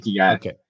okay